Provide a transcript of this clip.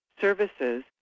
services